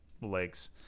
legs